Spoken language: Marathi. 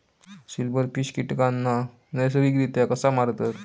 सिल्व्हरफिश कीटकांना नैसर्गिकरित्या कसा मारतत?